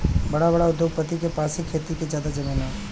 बड़ा बड़ा उद्योगपति के पास ही खेती के जादा जमीन हौ